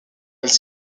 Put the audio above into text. elle